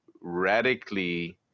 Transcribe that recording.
radically